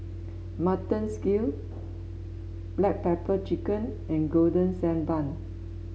mutton skill Black Pepper Chicken and Golden Sand Bun